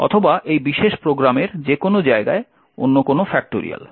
অথবা এই বিশেষ প্রোগ্রামের যে কোনও জায়গায় অন্য কোনও ফ্যাক্টরিয়াল